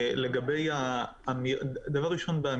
שלוש נקודות: דבר ראשון, לגבי היקפי התקציבים